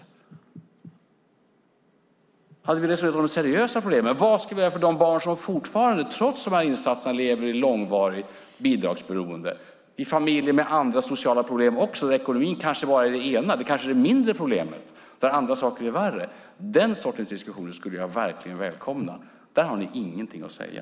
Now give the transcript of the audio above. Jag skulle verkligen välkomna diskussioner om de seriösa problemen, till exempel vad vi ska göra för de barn som fortfarande, trots de här insatserna, lever i långvarigt bidragsberoende och i familjer med andra sociala problem också där ekonomin kanske är det mindre problemet och andra saker är värre. Där har ni ingenting att säga.